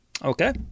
Okay